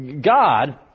God